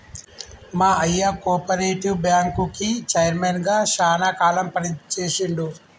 మా అయ్య కోపరేటివ్ బ్యాంకుకి చైర్మన్ గా శానా కాలం పని చేశిండు